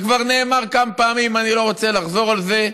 כבר נאמר כמה פעמים, ואני לא רוצה לחזור על זה,